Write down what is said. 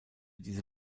diese